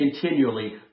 continually